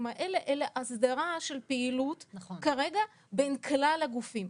האלה אלא הסדרה של פעילות בין כלל הגופים.